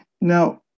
Now